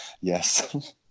Yes